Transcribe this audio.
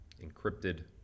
encrypted